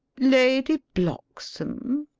lady bloxham?